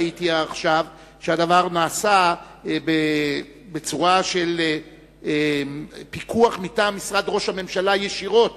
ראיתי עכשיו שהדבר נעשה בצורה של פיקוח מטעם משרד ראש הממשלה ישירות.